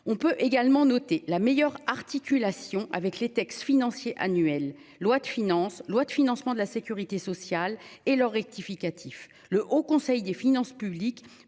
on peut également noter la meilleure articulation avec les textes financiers annuels, loi de finances. Loi de financement de la Sécurité sociale et le rectificatif le Haut conseil des finances publiques